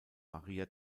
maria